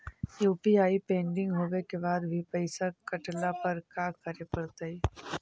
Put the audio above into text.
UPI pending होवे के बाद भी पैसा कटला पर का करे पड़तई?